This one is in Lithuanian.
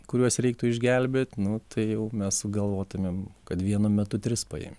kuriuos reiktų išgelbėt nu tai jau mes sugalvotumėm kad vienu metu tris paimt